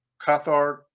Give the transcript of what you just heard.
Cathar